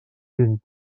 vint